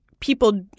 People